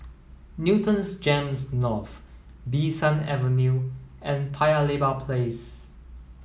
Newton GEMS North Bee San Avenue and Paya Lebar Place